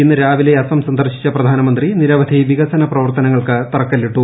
ഇന്ന് രാവിലെ അസം സന്ദർശിച്ച പ്രധാനമന്ത്രി നിരവധി വികസന പ്രവർത്തനങ്ങൾക്ക് തറക്കല്ലിട്ടു